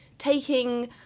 Taking